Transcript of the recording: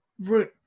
root